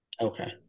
okay